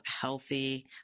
healthy